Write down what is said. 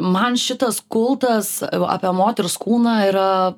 man šitas kultas apie moters kūną yra